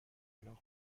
alors